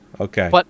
Okay